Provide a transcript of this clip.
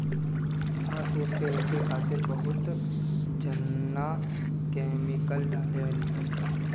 घास फूस के रोके खातिर बहुत जना केमिकल डालें लन